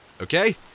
okay